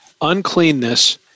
uncleanness